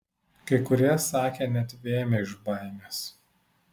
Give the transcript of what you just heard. kai kurie sakė net vėmę iš baimės